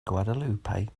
guadeloupe